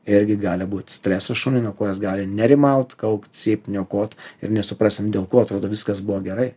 irgi gali būti streso šuniui nuo ko jis gali nerimaut kaukt cypt niokot ir nesuprasim dėl ko atrodo viskas buvo gerai